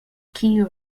key